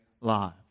lives